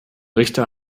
richter